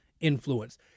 influence